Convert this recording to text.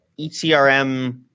ECRM